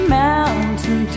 mountain